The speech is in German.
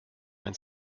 ein